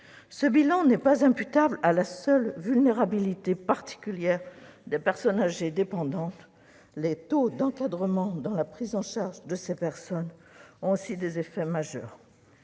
Ce bilan n'est pas imputable à la seule vulnérabilité particulière des personnes âgées dépendantes : les taux d'encadrement dans la prise en charge de ces personnes ont aussi des effets majeurs.